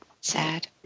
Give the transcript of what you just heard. Sad